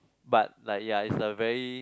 but like ya it's a very